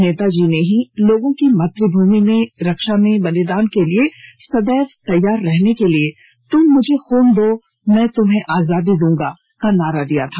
नेताजी ने ही लोगों को मातृभूमि की रक्षा में बलिदान के लिए सदैव तैयार रहने के लिए तुम मुझे खून दो मैं तुम्हें आजादी दूंगा का नारा दिया था